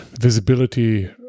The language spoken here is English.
visibility